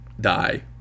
die